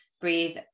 breathe